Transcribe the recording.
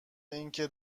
اینکه